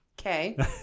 Okay